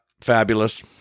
Fabulous